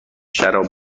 شراب